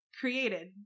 created